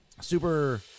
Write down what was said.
Super